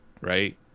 right